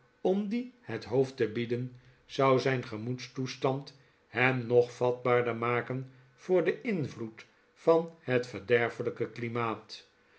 om die het hoofd te bieden zou zijn gemoedstoestand hem nog vatbaarder maken voor den invloed van het verderfelijke klimaat